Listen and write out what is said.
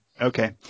Okay